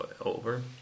over